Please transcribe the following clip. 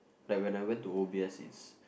like when I went to O_B_S it's